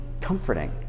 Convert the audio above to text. comforting